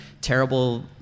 terrible